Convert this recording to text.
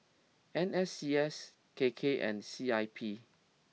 N S C S K K and C I P